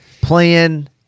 playing